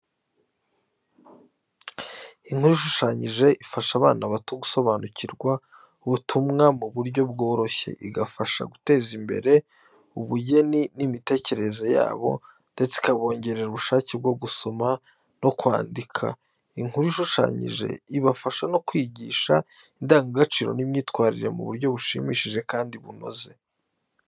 Inkuru ishushanyije ifasha abana bato gusobanukirwa ubutumwa mu buryo byoroshye, igafasha guteza imbere ubugeni n’imitekerereze yabo ndetse ikabongerera ubushake bwo gusoma no kwandika. Inkuru ishushanyije ibafasha no kwigisha indangagaciro n’imyitwarire mu buryo bushimishije kandi bunoze.